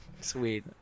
Sweet